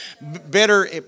better